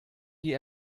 die